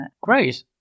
Great